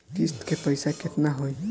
किस्त के पईसा केतना होई?